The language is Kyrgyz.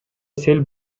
сел